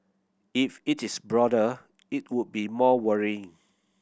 if it is broader it would be more worrying